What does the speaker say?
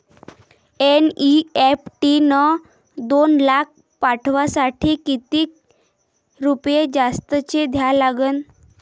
NEFT न दोन लाख पाठवासाठी किती रुपये जास्तचे द्या लागन?